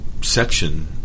section